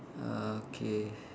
uh K